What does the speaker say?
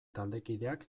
taldekideak